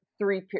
Three